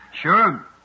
Sure